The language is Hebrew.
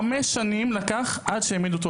חמש שנים לקח עד שהעמידו אותו